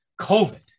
COVID